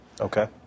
Okay